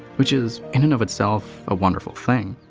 which is, in and of itself, a wonderful thing.